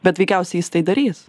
bet veikiausiai jis tai darys